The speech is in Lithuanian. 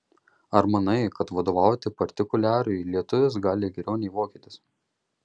ar manai kad vadovauti partikuliarui lietuvis gali geriau nei vokietis